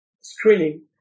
screening